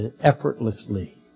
effortlessly